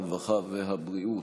הרווחה והבריאות.